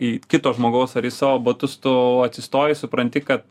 į kito žmogaus ar į savo batus tu atsistoji supranti kad